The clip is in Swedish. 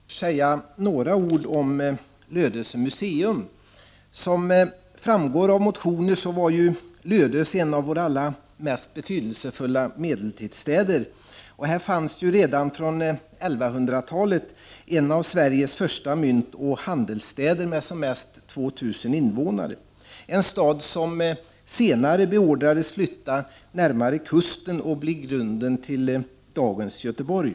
Herr talman! Jag vill bara helt kort säga några ord om Lödöse museum. Som framgår av motioner var ju Lödöse en av våra allra mest betydelsefulla medeltidsstäder. Här fanns ju redan på 1100-talet en av Sveriges första myntoch handelsstäder med som mest 2 000 invånare, en stad som senare beordrades att flytta närmare kusten och bli grunden till dagens Göteborg.